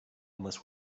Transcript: unless